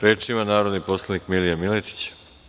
Reč ima narodni poslanik Milija Miletić.